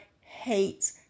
hates